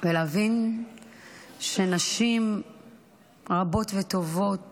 ולהבין שנשים רבות וטובות